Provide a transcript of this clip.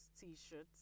t-shirts